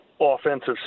offensive